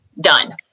done